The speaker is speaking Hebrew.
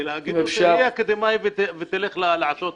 ולומר להם שיהיו אקדמאים וילכו לעבוד.